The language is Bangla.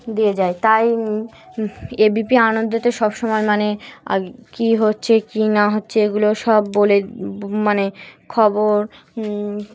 দিয়ে যায় তাই এবিপি আনন্দে ত সব সমময় মানে কী হচ্ছে কী না হচ্ছে এগুলো সব বলে মানে খবর